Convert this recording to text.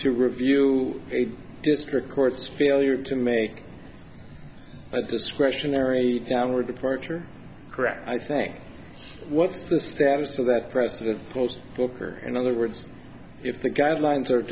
to review district courts failure to make but discretionary downward departure correct i think what's the status of that president booker in other words if the guidelines